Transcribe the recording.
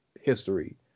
history